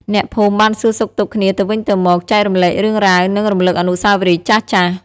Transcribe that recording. អ្នកភូមិបានសួរសុខទុក្ខគ្នាទៅវិញទៅមក ចែករំលែករឿងរ៉ាវ និងរំលឹកអនុស្សាវរីយ៍ចាស់ៗ។